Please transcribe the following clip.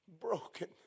broken